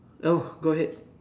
no go ahead